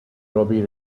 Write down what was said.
robbie